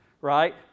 right